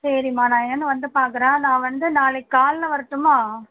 சரிம்மா நான் என்னன்னு வந்து பார்க்கறேன் நான் வந்து நாளைக்கு காலைல வரட்டுமா